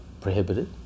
prohibited